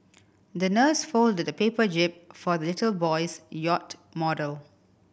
the nurse folded a paper jib for the little boy's yacht model